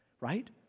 Right